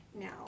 now